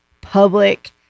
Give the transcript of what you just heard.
public